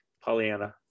Pollyanna